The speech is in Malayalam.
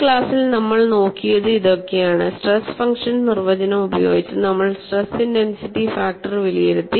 ഈ ക്ലാസ്സിൽ നമ്മൾ നോക്കിയത് ഇതൊക്കെയാണ് സ്ട്രെസ് ഫംഗ്ഷൻ നിർവചനം ഉപയോഗിച്ച് നമ്മൾ സ്ട്രെസ് ഇന്റെൻസിറ്റി ഫാക്ടർ വിലയിരുത്തി